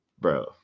bro